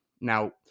Now